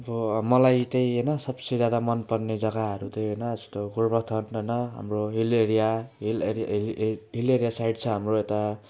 अब मलाई चाहिँ होइन सबसे ज्यादा मनपर्ने जग्गाहरू चाहिँ होइन यस्तो गोरुबथान होइन हाम्रो hill area hill area hill hill hill area side छ हाम्रो यता